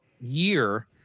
year